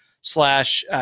slash